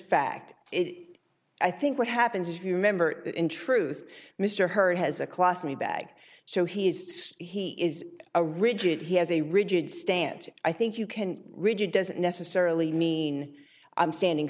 fact it i think what happens if you remember in truth mr hurd has a class me bag so he's he is a rigid he has a rigid stand i think you can read it doesn't necessarily mean i'm standing